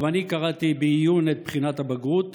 גם אני קראתי בעיון את בחינת הבגרות.